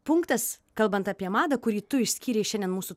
punktas kalbant apie madą kurį tu išskyrei šiandien mūsų